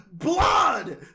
Blood